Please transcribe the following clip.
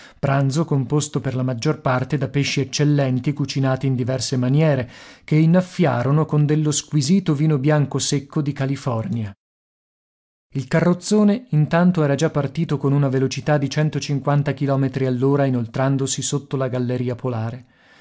pranzo composto per la maggior parte da pesci eccellenti cucinati in diverse maniere che innaffiarono con dello squisito vino bianco secco di california il carrozzone intanto era già partito con una velocità di centocinquanta chilometri all'ora inoltrandosi sotto la galleria polare